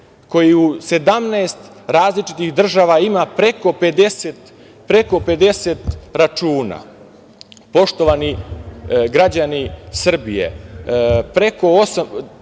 koji u 17 različitih država ima preko 50 računa. Poštovani građani Srbije,